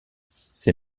ces